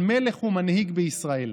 על מלך ומנהיג בישראל.